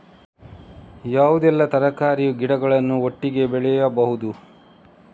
ಯಾವುದೆಲ್ಲ ತರಕಾರಿ ಗಿಡಗಳನ್ನು ಒಟ್ಟಿಗೆ ಬೆಳಿಬಹುದು?